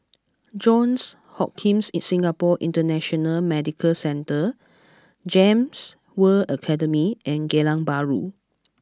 Johns Hopkins Singapore International Medical Centre Gems World Academy and Geylang Bahru